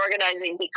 organizing